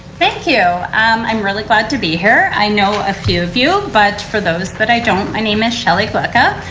thank you. um i'm really glad to be here. i know a few of you but for those that i don't my name is shelly glicca.